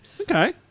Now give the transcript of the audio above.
okay